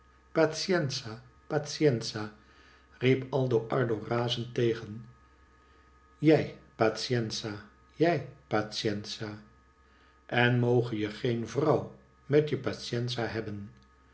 pazienza riep aldo ardo razend tegen jij pazienza jij pazienza en moge je geen vrouw met je pazienza hebben